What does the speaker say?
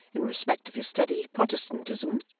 in respect of his steady protestantism,